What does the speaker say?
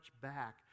back